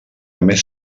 més